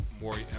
more